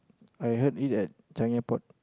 I heard it at Changi-Airport